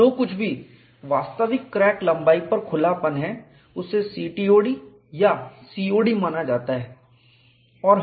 और जो कुछ भी वास्तविक क्रैक लंबाई पर खुलापन ओपनिंग है उसे CTOD या COD माना जाता है